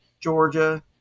Georgia